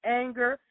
anger